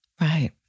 Right